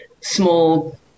small